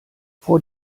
vor